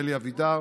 אלי אבידר,